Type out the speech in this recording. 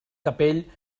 capell